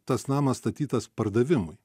tas namas statytas pardavimui